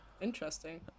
interesting